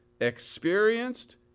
experienced